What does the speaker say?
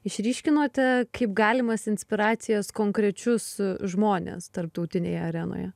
išryškinote kaip galimas inspiracijas konkrečius žmones tarptautinėje arenoje